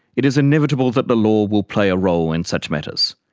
it is inevitable that the law will play a role in such matters,